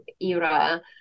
era